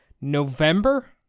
November